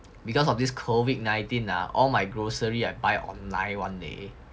because of this COVID nineteen ah all my grocery I buy online [one] leh